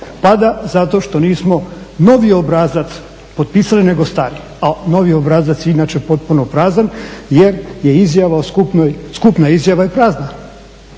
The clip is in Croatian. pada zato što nismo novi obrazac potpisali nego stari. A novi obrazac je inače potpuno prazan jer je izjava o skupnoj, skupna izjava je prazna,